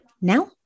Now